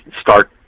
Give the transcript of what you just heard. start